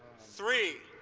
three!